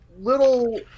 little